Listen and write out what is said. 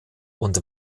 und